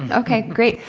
ah okay, great!